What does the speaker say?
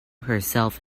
herself